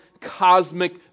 cosmic